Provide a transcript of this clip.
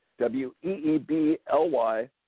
Weebly